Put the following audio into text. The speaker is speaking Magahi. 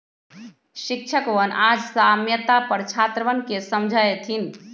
शिक्षकवन आज साम्यता पर छात्रवन के समझय थिन